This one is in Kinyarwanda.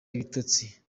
ibitotsi